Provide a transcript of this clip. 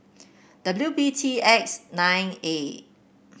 W B T X nine A